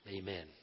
Amen